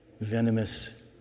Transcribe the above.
venomous